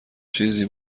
چیزی